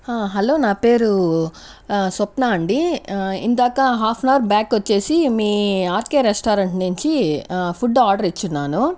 hello నా పేరు స్వప్న అండి ఇందాక హాఫ్ అన్ అవర్ బ్యాక్ వచ్చేసి మీ ఆర్కె రెస్టారెంట్ నుంచి ఫుడ్ ఆర్డర్ ఇచ్చి ఉన్నాను